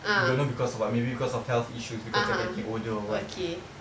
don't know because of what maybe because of health issues because you're getting older or what